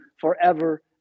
forever